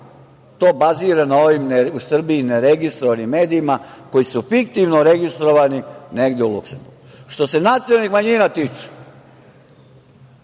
to bazira na ovim, u Srbiji, neregistrovanim medijima koji su fiktivno registrovani negde u Luksemburgu. Što se nacionalnih manjina tiče,